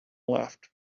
left